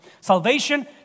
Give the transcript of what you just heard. Salvation